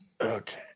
Okay